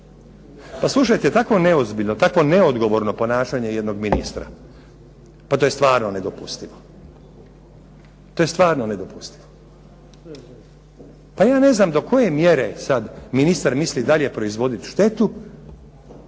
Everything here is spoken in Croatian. Pa slušajte, tako neozbiljno, tako neodgovorno ponašanje jednog ministra, pa to je stvarno nedopustivo. To je stvarno nedopustivo. Pa ja ne znam do koje mjere sad ministar misli dalje proizvoditi štetu